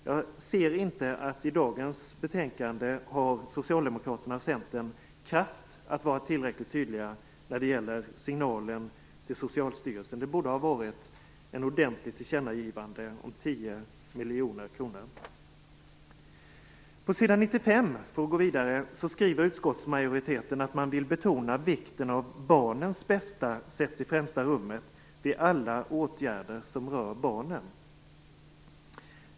Jag ser inte att Socialdemokraterna och Centern har haft kraft att i dagens betänkande vara tillräckligt tydliga när det gäller signalen till Socialstyrelsen. Det borde ha varit ett ordentligt tillkännagivande om 10 miljoner kronor. På s. 95 skriver utskottsmajoriteten att man vill betona vikten av att barnens bästa sätts i främsta rummet vid alla åtgärder som rör barnen.